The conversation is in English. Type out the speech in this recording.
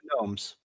gnomes